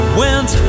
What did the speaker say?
went